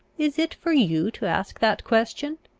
is it for you to ask that question?